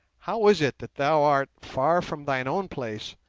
how is it that thou art far from thine own place,